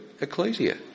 Ecclesia